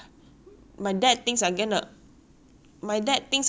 my dad thinks I'm going to earn like what twenty thousand a month ah